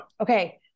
Okay